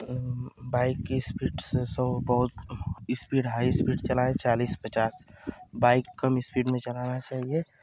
bike की speed बहुत speed high speed चलाए चालीस पचास बाइक कम इस्पीड में चलाना चाहिए